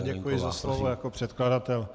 Děkuji za slovo jako předkladatel.